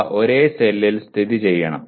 അവ ഒരേ സെല്ലിൽ സ്ഥിതിചെയ്യണം